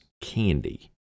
candy